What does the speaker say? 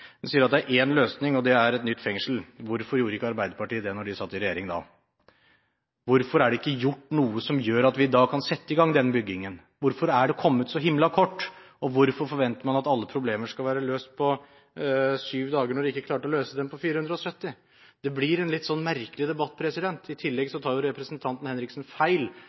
sier at det er én løsning, og det er et nytt fengsel. Hvorfor gjorde ikke Arbeiderpartiet noe med det da de satt i regjering? Hvorfor er det ikke gjort noe som gjør at vi kan sette i gang den byggingen? Hvorfor er det kommet så himla kort? Og hvorfor forventer man at alle problemer skal være løst på syv uker når man ikke klarte å løse dem på 417? Det blir en litt merkelig debatt. I tillegg tar jo representanten Henriksen feil